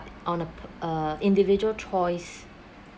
on a err individual choice